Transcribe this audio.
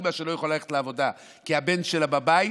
אימא לא יכולה ללכת לעבודה כי הבן שלה בבית,